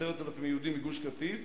10,000 יהודים מגוש-קטיף,